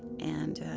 and, ah,